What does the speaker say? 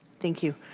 thank you.